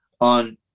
on